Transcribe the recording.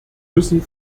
müssen